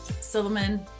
Silliman